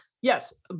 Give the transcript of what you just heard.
yes